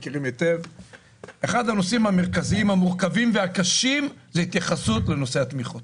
אחד מהנושאים המורכבים והקשים הוא ההתייחסות לנושא התמיכות.